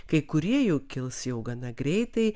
kai kurie jų kils jau gana greitai